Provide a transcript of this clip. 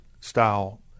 style